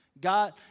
God